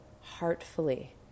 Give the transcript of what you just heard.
heartfully